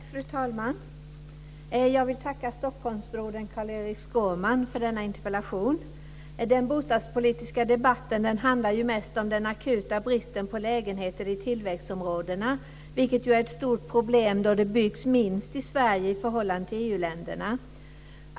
Fru talman! Jag vill tacka Stockholmsledamoten Den bostadspolitiska debatten handlar mest om den akuta bristen på lägenheter i tillväxtområdena, vilket är ett stort problem då det byggs minst i Sverige i förhållande till EU-länderna.